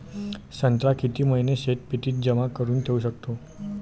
संत्रा किती महिने शीतपेटीत जमा करुन ठेऊ शकतो?